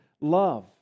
love